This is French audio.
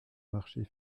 marchés